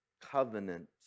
covenant